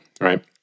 right